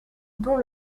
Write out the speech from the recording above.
dont